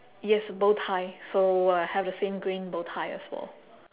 yes bow tie so I have the same green bow tie as well